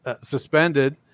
suspended